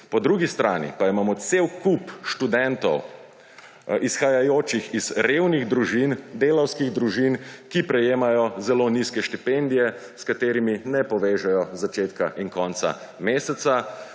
Po drugi strani pa imamo cel kup študentov, izhajajočih iz revnih družin, delavskih družin, ki prejemajo zelo nizke štipendije, s katerimi ne povežejo začetka in konca meseca.